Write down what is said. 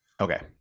okay